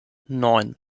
neun